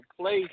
place